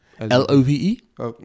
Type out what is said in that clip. L-O-V-E